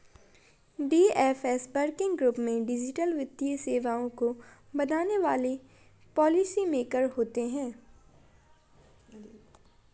DFS working group में digital वित्तीय सेवाओं को बनाने वाले पॉलिसी मेकर होते हैं